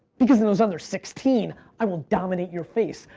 because in those other sixteen, i will dominate your face.